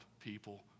people